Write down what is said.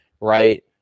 right